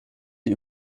sie